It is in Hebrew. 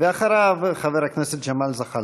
אחריו, חבר הכנסת ג'מאל זחאלקה.